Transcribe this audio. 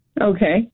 Okay